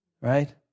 right